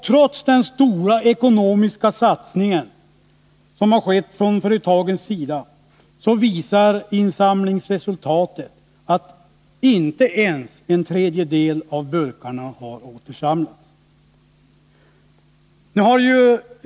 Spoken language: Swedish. Trots den stora ekonomiska satsning som skett från företagens sida visar insamlingsresultatet att inte ens en tredjedel av burkarna har uppsamlats.